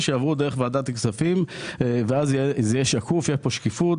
יעברו דרך ועדת הכספים ואז תהיה פה שקיפות